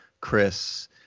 Chris